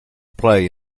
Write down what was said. play